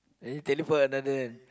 and you teleport another one